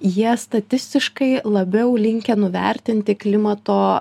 jie statistiškai labiau linkę nuvertinti klimato